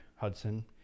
Hudson